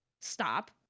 Stop